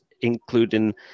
including